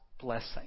blessing